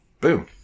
Boom